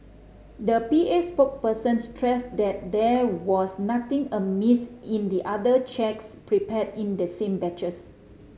the P A spokesperson stressed that there was nothing amiss in the other cheques prepared in the same batches